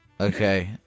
Okay